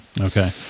Okay